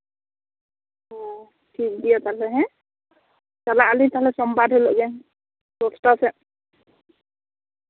ᱴᱷᱤᱠ ᱜᱮᱭᱟ ᱛᱟᱦᱚᱞᱮ ᱦᱮᱸ ᱪᱟᱞᱟᱜ ᱟᱹᱞᱤᱧ ᱛᱟᱦᱚᱞᱮ ᱥᱳᱢᱵᱟᱨ ᱦᱤᱞᱳᱜ ᱜᱮ ᱫᱚᱥᱴᱟ ᱥᱮᱫ ᱟᱪᱪᱷᱟ